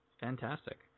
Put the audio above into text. Fantastic